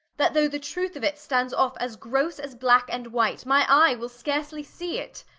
that though the truth of it stands off as grosse as black and white, my eye will scarsely see it.